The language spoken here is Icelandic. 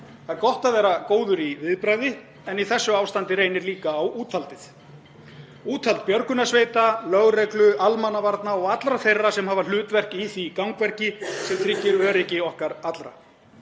Það er gott að vera góður í viðbragði en í þessu ástandi reynir líka á úthaldið; úthald björgunarsveita, lögreglu, almannavarna og allra þeirra sem hafa hlutverk í því gangvirki sem tryggir öryggi okkar allra.